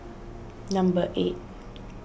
number eight